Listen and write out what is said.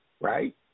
right